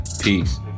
Peace